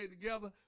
together